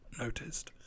noticed